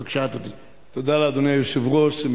תודה לאדוני היושב-ראש.